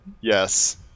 yes